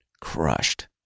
Crushed